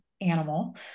animal